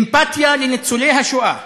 אמפתיה לניצולי השואה,